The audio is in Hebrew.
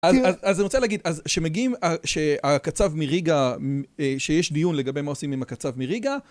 אז אני רוצה להגיד, שמגיעים שהקצב מריגה שיש דיון לגבי מה עושים עם הקצב מריגה